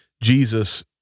Jesus